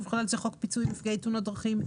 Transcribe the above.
ובכלל זה חוק פיצויים לנפגעי תאונות דרכים,